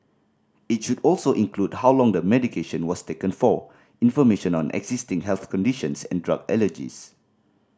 it should also include how long the medication was taken for information on existing health conditions and drug allergies